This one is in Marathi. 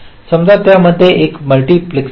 समजा त्या मध्ये एक मल्टीप्लेसर आहे